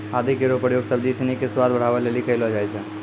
आदि केरो प्रयोग सब्जी सिनी क स्वाद बढ़ावै लेलि कयलो जाय छै